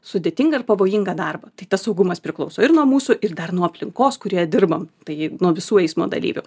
sudėtingą ir pavojingą darbą tai tas saugumas priklauso ir nuo mūsų ir dar nuo aplinkos kurioje dirbam tai nuo visų eismo dalyvių